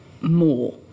more